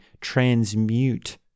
transmute